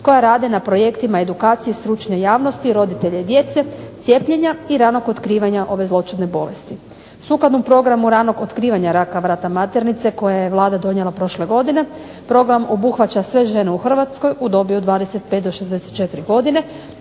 koja radi na projektima edukacije stručne javnosti, roditelje djece, cijepljenja i ranog otkrivanja ove zloćudne bolesti. Sukladno programu ranog otkrivanja raka vrata maternice koje je Vlada donijela prošle godine, program obuhvaća sve žene u Hrvatskoj u dobi od 25 do 64 godine,